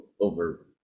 over